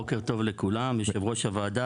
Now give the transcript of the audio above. בוקר טוב ליושב-ראש הוועדה,